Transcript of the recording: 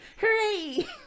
Hooray